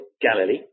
Galilee